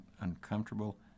uncomfortable